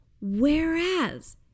Whereas